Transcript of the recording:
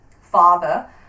father